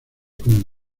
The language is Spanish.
como